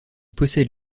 possède